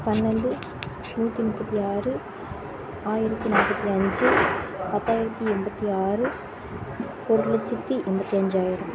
பன்னெரெண்டு நூற்றி முப்பத்தி ஆறு ஆயிரத்தி நாபற்பத்தி அஞ்சு பத்தாயிரத்தி எண்பத்தி ஆறு ஒரு லட்சத்தி எண்பத்தி அஞ்சாயிரம்